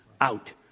out